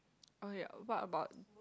okay what about